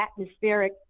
atmospheric